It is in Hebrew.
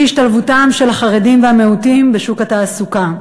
אי-השתלבותם של החרדים והמיעוטים בשוק התעסוקה,